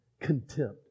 contempt